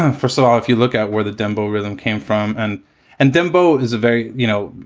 first of all, if you look at where the dembo rhythm came from. and and dembo is a very you know,